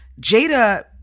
Jada